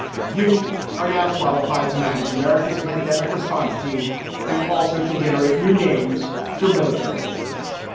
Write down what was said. you are now qualified to manage america's pandemic response team and also to generate new names for military bases.